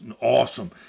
awesome